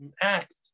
act